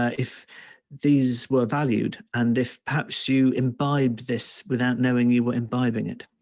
ah if these were valued. and if perhaps you imbibe this without knowing you were imbibing it.